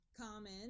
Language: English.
common